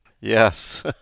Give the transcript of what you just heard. Yes